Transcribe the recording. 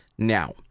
Now